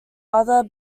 other